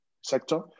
sector